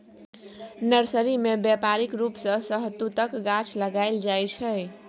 nursery मे बेपारिक रुप सँ शहतुतक गाछ लगाएल जाइ छै